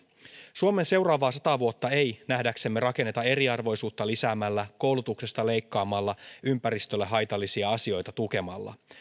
suomen seuraavaa sataa vuotta ei nähdäksemme rakenneta eriarvoisuutta lisäämällä koulutuksesta leikkaamalla ympäristölle haitallisia asioita tukemalla